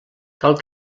cal